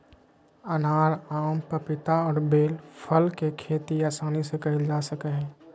अनार, आम, पपीता और बेल फल के खेती आसानी से कइल जा सकय हइ